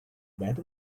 bad